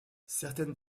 certaines